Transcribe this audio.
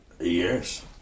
Yes